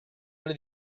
alle